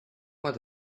what